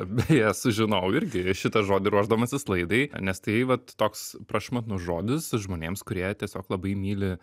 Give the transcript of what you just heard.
beje sužinojau irgi šitą žodį ruošdamasis laidai nes tai vat toks prašmatnus žodis žmonėms kurie tiesiog labai myli